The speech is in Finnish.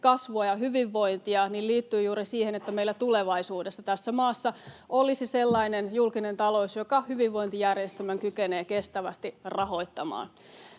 kasvua ja hyvinvointia — liittyy juuri siihen, että meillä tulevaisuudessa tässä maassa olisi sellainen julkinen talous, joka hyvinvointijärjestelmän kykenee kestävästi rahoittamaan.